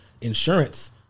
insurance